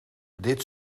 dit